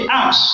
ask